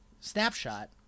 Snapshot